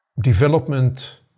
development